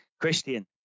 christian